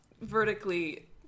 vertically